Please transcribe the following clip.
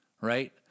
right